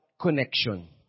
connection